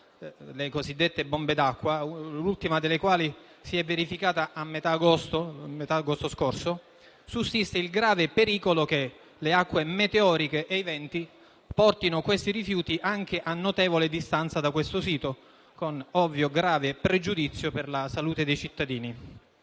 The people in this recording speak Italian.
le cosiddette bombe d'acqua, l'ultima delle quali si è verificata a metà agosto scorso - sussiste il grave pericolo che le acque meteoriche e i venti portino questi rifiuti anche a notevole distanza dal sito, con ovvio e grave pregiudizio per la salute dei cittadini.